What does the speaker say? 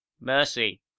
Mercy